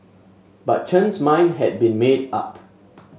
but Chen's mind had been made up